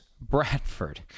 Bradford